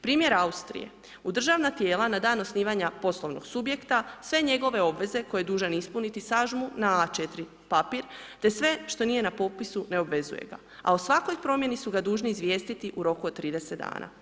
Primjer Austrije, u državna tijela na dan osnivanja poslovnog subjekta sve njegove obveze koje je dužan ispuniti sažmu na A4 papir te sve što nije na popisu ne obvezuje ga a o svakoj promjeni su ga dužni izvijestiti u roku od 30 dana.